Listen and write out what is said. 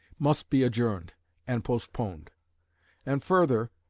must be adjourned and postponed and further,